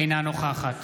אינה נוכחת